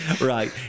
Right